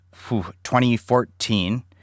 2014